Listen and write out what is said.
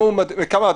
אני